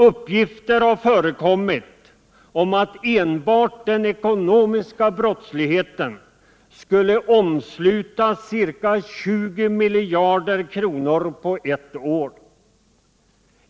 Uppgifter har förekommit om att enbart den ekonomiska brottsligheten skulle omsluta ca 20 miljarder kronor påettår.